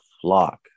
flock